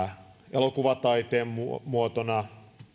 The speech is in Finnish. elokuvataiteenmuotona